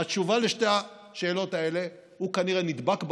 והתשובה על שתי השאלות האלה: הוא כנראה נדבק בחוץ,